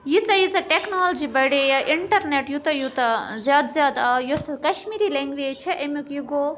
ییٖژاہ ییٖژاہ ٹٮ۪کنالجی بَڑے یا اِنٹَرنیٮٹ یوٗتاہ یوٗتاہ زیادٕ زیادٕ آو یۄس یہِ کَشمیٖری لینٛگویج چھِ اَمیُک یہِ گوٚو